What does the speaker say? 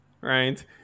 Right